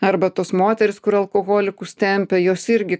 arba tos moterys kur alkoholikus tempia jos irgi